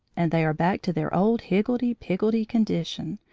and they are back to their old higgledy-piggledy condition,